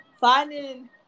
finding